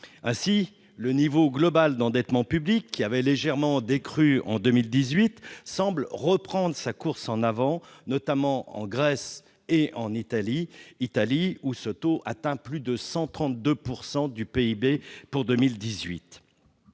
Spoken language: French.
ainsi le niveau global d'endettement public qui avait légèrement décru en 2018 semblent reprendre sa course en avant notamment en Grèce et en Italie Italie où ce taux atteint plus de 132 pourcent du PIB pour 2018